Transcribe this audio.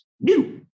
new